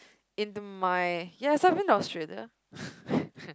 in my ya so I've been to Australia